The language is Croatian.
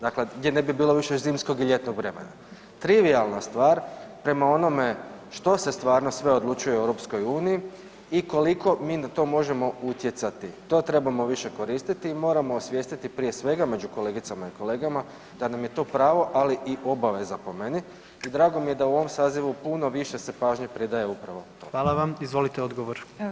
Dakle, gdje ne bi bilo više zimskog i ljetnog vremena trivijalna stvar prema onome što se stvarno sve odlučuje o EU-u i koliko mi na to možemo utjecati, to trebamo više koristiti i moramo osvijestiti prije svega među kolegicama i kolegama, da nam je to pravo ali i obaveza po meni i drago mi je da u ovom sazivu puno više se pažnje pridaje upravo tome.